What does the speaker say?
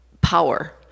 power